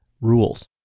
rules